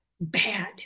bad